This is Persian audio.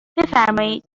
بفرمایید